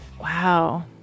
Wow